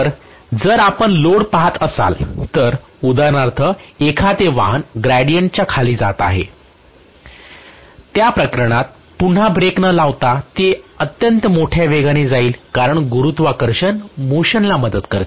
तर जर आपण लोड पाहत असाल तर उदाहरणार्थ एखादे वाहन ग्रेडियंटच्या खाली जात आहे त्या प्रकरणात पुन्हा ब्रेक न लावल्यास ते अत्यंत मोठ्या वेगाने जाईल कारण गुरुत्वाकर्षण मोशनला मदत करते